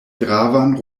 gravan